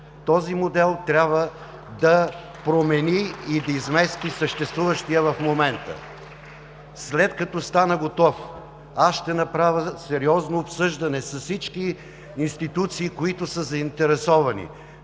Този модел трябва да промени и да измести съществуващия в момента. (Ръкопляскания от ГЕРБ.) След като стана готов, аз ще направя сериозно обсъждане с всички институции, които са заинтересовани.